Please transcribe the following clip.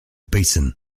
basin